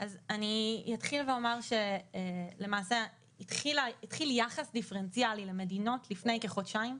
אני אתחיל ואומר שלמעשה התחיל יחס דיפרנציאלי למדינות לפני כחודשיים.